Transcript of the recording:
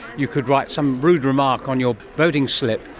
you could write some rude remark on your voting slip,